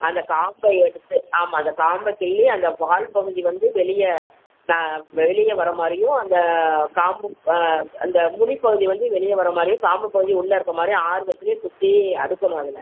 அந்த காம்பை எடுத்து ஆமாம் அந்த காம்பை கிள்ளி அந்த வால் பகுதி வந்து வெளியே வெளியே வர மாதிரியும் அந்த காம்பு அந்த நுனிப்பகுதி வந்து வெளியே வர மாதிரியும் காம்பு பகுதி உள்ளே இருக்கற மாதிரி ஆறு வெற்றில சுற்றி அடுக்கணும் அதில்